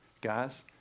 Guys